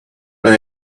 when